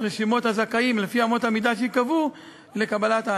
רשימות הזכאים לפי אמות המידה שייקבעו לקבלת ההנחה.